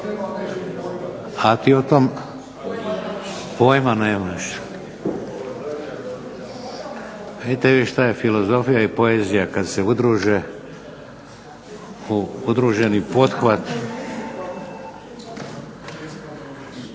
a ti o tom pojma nemaš. Vidite vi šta je filozofija i poezija kad se udruže u udružen pothvat.